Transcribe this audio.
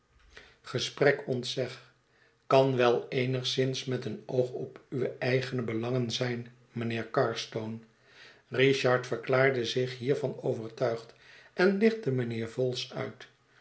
ontzeg kan wel eenigszins met een oog op uwe eigene belangen zijn mijnheer carstone richard verklaarde zich hiervan overtuigd en lichtte mijnheer vholes uit